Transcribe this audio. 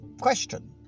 question